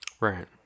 Right